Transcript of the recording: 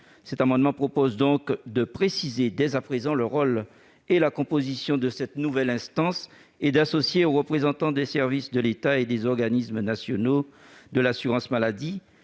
Cet amendement vise donc à préciser dès à présent le rôle et la composition de cette nouvelle instance et à associer, aux représentants des services de l'État et des organismes nationaux de l'assurance maladie,